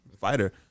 fighter